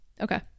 Okay